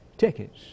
tickets